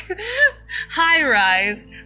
High-Rise